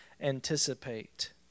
anticipate